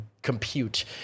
Compute